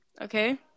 okay